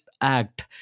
act